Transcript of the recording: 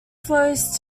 flows